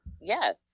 Yes